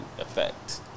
effect